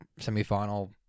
semifinal